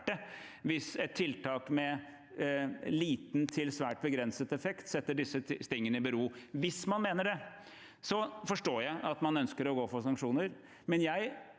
hvis et tiltak med liten til svært begrenset effekt setter disse tingene i bero? Hvis man mener det, forstår jeg at man ønsker å gå for sanksjoner,